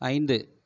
ஐந்து